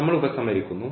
നമ്മൾ ഉപസംഹരിക്കുന്നു